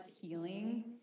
healing